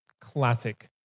Classic